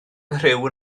nghriw